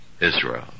Israel